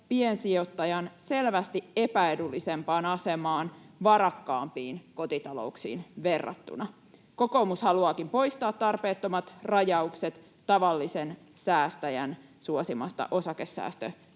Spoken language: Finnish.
piensijoittajan selvästi epäedullisempaan asemaan varakkaampiin kotitalouksiin verrattuna. Kokoomus haluaakin poistaa tarpeettomat rajaukset tavallisen säästäjän suosimasta osakesäästötilistä,